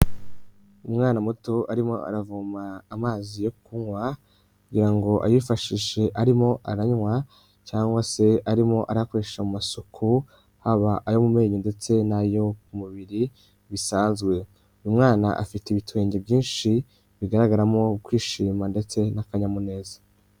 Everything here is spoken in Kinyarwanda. Umwana muto arimo aravoma amazi yo kunywa ngira ngo ayifashishe arimo aranywa cyangwa se arimo arayakoresha mu masuku, haba ayo mu menyo ndetse n'ayo ku mubiri bisanzwe. Umwana afite ibitwenge byinshi bigaragaramo kwishima ndetse n'akanyamuneza.